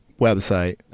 website